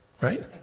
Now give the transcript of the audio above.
right